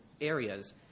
areas